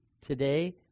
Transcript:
today